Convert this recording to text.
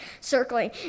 circling